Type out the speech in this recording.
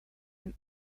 and